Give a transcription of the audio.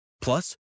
Plus